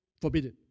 forbidden